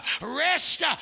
rest